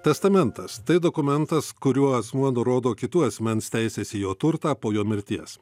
testamentas tai dokumentas kuriuo asmuo nurodo kitų asmens teises į jo turtą po jo mirties